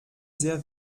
sehr